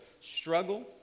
struggle